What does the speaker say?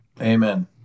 Amen